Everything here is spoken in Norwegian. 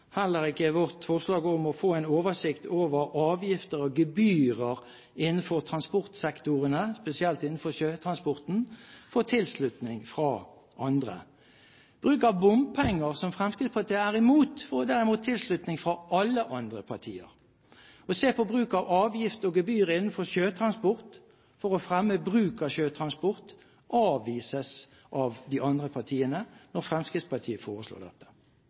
Heller ikke vårt forslag om å få en oversikt over avgifter og gebyrer innenfor transportsektoren, spesielt innenfor sjøtransporten, får tilslutning fra andre. Bruk av bompenger, som Fremskrittspartiet er imot, får derimot tilslutning fra alle andre partier. Å se på bruk av avgift og gebyr innenfor sjøtransport – for å fremme bruk av sjøtransport – avvises av de andre partiene når Fremskrittspartiet foreslår